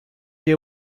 they